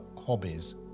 hobbies